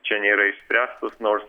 čia nėra išspręstos nors